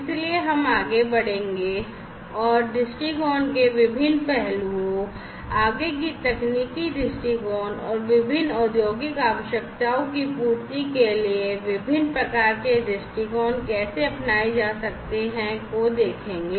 अब हम आगे बढ़ेंगे और दृष्टिकोण के विभिन्न पहलुओं आगे की तकनीकी दृष्टिकोण और विभिन्न औद्योगिक आवश्यकताओं की पूर्ति के लिए विभिन्न प्रकार के दृष्टिकोण कैसे अपनाए जा सकते हैं को देखेंगे